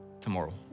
tomorrow